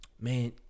man